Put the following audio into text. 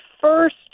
first